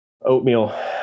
oatmeal